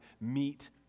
meet